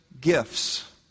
gifts